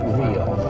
real